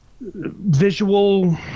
visual